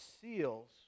seals